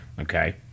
Okay